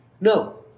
No